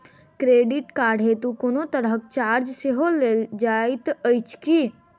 Credit card हेतु कोनो तरहक चार्ज सेहो लेल जाइत अछि की?